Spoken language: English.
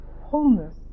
wholeness